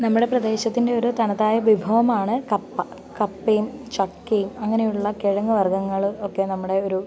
നമ്മുടെ പ്രദേശത്തിൻ്റെ ഒരു തനതായ വിഭവമാണ് കപ്പ കപ്പയും ചക്കയും അങ്ങനെയുള്ള കിഴങ്ങ് വർഗ്ഗങ്ങൾ ഒക്കെ നമ്മുടെ ഒരു